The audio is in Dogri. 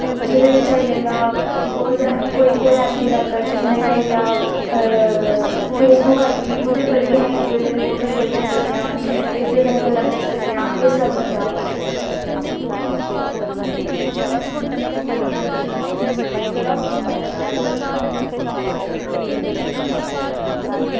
जेह्दे बिच्च आई जंदा होर अस होर ऐप दी गल्ल करचै होर आई गेआ फेसबुक आई गेई ओह्दे पर बी अस इक दुए कन्नै फोटो शेयर करी सकदे आं इक दुए कन्नै गल्लां करी सकदे आं एह् सब होंदा